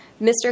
Mr